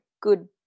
good